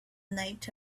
night